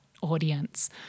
audience